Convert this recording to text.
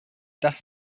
das